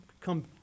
come